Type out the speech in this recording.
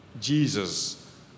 Jesus